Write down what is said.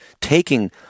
taking